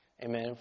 Amen